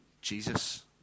Jesus